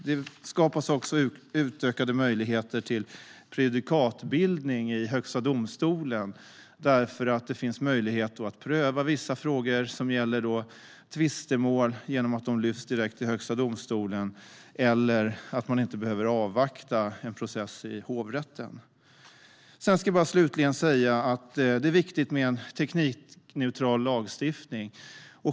Det skapas också utökade möjligheter till prejudikatbildning i Högsta domstolen därför att det finns möjlighet att pröva vissa frågor som gäller tvistemål genom att de lyfts direkt i Högsta domstolen eller att man inte behöver avvakta en process i hovrätten. Jag ska slutligen säga att det är viktigt med en teknikneutral lagstiftning.